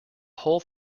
whole